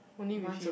only with you